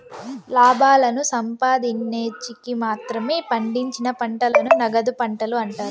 లాభాలను సంపాదిన్చేకి మాత్రమే పండించిన పంటలను నగదు పంటలు అంటారు